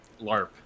LARP